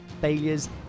failures